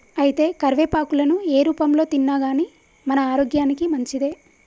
అయితే కరివేపాకులను ఏ రూపంలో తిన్నాగానీ మన ఆరోగ్యానికి మంచిదే